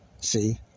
See